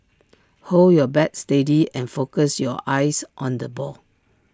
hold your bat steady and focus your eyes on the ball